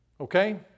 Okay